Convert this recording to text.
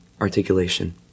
articulation